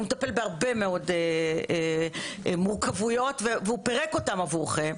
והוא מטפל בהרבה מאוד מורכבויות והוא פירק אותן עבורכם,